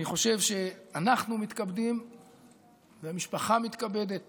אני חושב שאנחנו מתכבדים והמשפחה מתכבדת